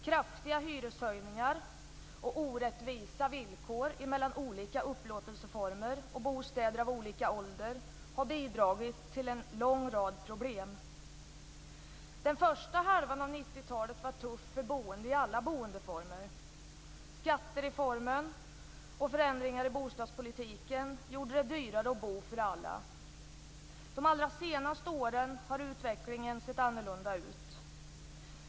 Kraftiga hyreshöjningar och orättvisa villkor mellan olika upplåtelseformer och bostäder av olika ålder har bidragit till en lång rad problem. Den första halvan av 90-talet var tuff för boende i alla boendeformer. Skattereformen och förändringar i bostadspolitiken gjorde det dyrare att bo för alla. De allra senaste åren har utvecklingen sett annorlunda ut.